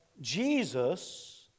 Jesus